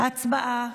הצבעה.